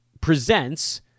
presents